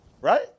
right